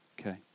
Okay